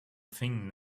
thing